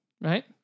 right